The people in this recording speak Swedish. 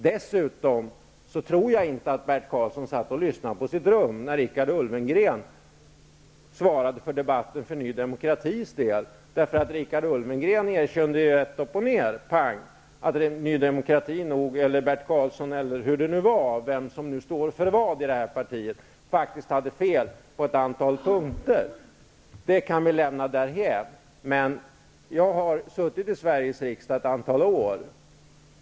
Dessutom tror jag inte att Bert Karlsson satt på sitt rum och lyssnade när Richard Ulfvengren svarade för debatten för Ny demokratis del. Richard Ulfvengren erkände rakt upp och ned att Ny demokrati eller Bert Karlsson eller vem som nu står för vad i detta parti, nog faktiskt hade fel på ett antal punkter. Det kan vi lämna därhän. Jag har suttit i Sveriges riksdag ett antal år.